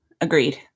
Agreed